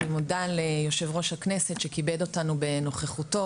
אני מודה ליו"ר הכנסת שכיבד אותנו בנוכחותו